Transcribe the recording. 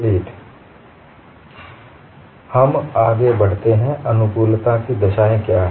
अब हम आगे बढ़ते हैं अनुकूलता की दशाएं क्या हैं